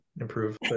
improve